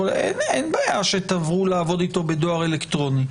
אין בעיה שתעברו לעבוד איתו בדואר אלקטרוני,